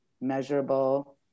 measurable